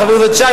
חבר הכנסת שי,